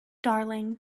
darling